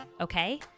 okay